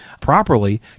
properly